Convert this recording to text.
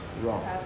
Wrong